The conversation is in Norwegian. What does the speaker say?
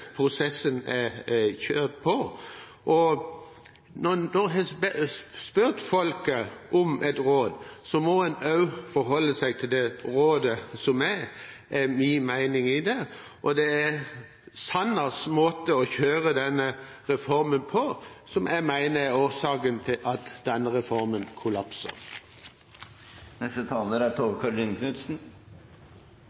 prosessen er kjørt på. Når en har spurt folket om et råd, må en også forholde seg til det rådet – det er min mening. Det er Sanners måte å kjøre reformen på jeg mener er årsaken til at denne reformen kollapser. Det var representanten Njåstad som fikk meg til å ta ordet. Det han sier om statlig finansiering av eldreomsorgen, er